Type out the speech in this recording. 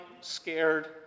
scared